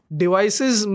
devices